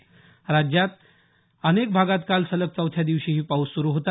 दरम्यान राज्यात अनेक भागात काल सलग चौथ्या दिवसीही पाऊस सुरु होता